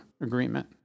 agreement